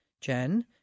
Jen